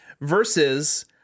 versus